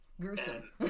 gruesome